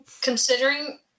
Considering